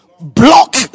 block